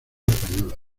española